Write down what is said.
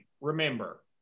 Remember